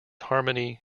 harmony